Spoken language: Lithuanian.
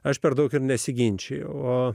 aš per daug ir nesiginčiju o